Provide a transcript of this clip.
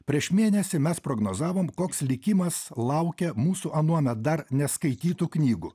prieš mėnesį mes prognozavom koks likimas laukia mūsų anuomet dar neskaitytų knygų